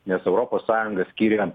nes europos sąjunga skyrė